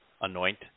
anoint